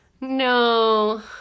No